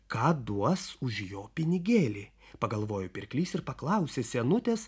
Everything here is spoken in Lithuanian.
ką duos už jo pinigėlį pagalvojo pirklys ir paklausė senutės